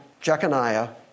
Jeconiah